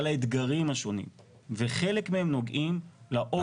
האתגרים השונים וחלק מהם נוגעים לאופי של החברה הערבית.